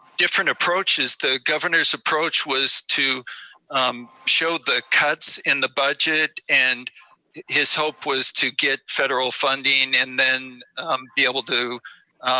different approaches. the governor's approach was to show the cuts in the budget, and his hope was to get federal funding, and then be able to